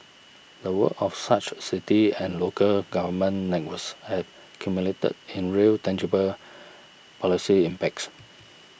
the work of such city and local government networks have cumulated in real tangible policy impacts